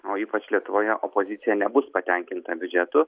o ypač lietuvoje opozicija nebus patenkinta biudžetu